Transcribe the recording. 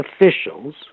officials